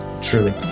Truly